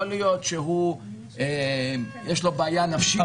יכול להיות שיש לו בעיה נפשית.